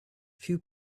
few